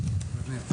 בבקשה.